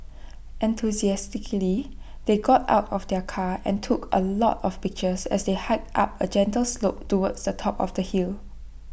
enthusiastically they got out of the car and took A lot of pictures as they hiked up A gentle slope towards the top of the hill